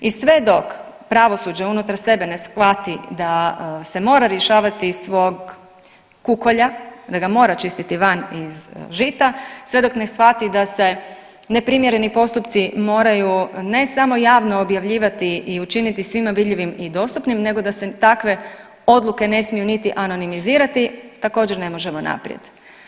I sve dok pravosuđe unutar sebe ne shvati da se mora rješavati svog kukolja, da ga mora čistiti van iz žita, sve dok ne shvati da se neprimjereni postupci moraju ne samo javno objavljivati i učiniti svima vidljivim i dostupnim nego da se takve odluke ne smiju niti anonimizirati, također ne možemo naprijed.